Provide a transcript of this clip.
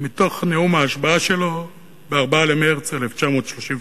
מתוך נאום ההשבעה שלו ב-4 במרס 1933: